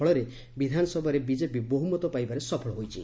ଫଳରେ ବିଧାନସଭାରେ ବିଜେପି ବହୁମତ ପାଇବାରେ ସଫଳ ହୋଇଛି